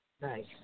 Nice